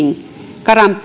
karamzin